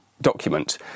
document